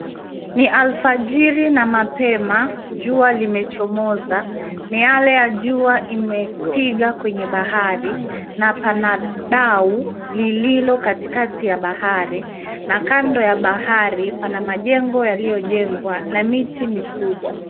Ni alfajiri na mapema jua limechomoza. Miale ya jua imepiga kwenye bahari na pana dau lililokatikati ya bahari. Na kando ya bahari pana majengo yaliyojengwa na miti mikubwa.